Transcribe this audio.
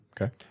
Okay